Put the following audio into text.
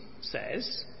says